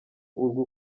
urwo